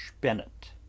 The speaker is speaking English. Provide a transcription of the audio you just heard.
Bennett